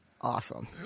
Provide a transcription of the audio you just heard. awesome